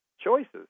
choices